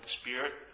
spirit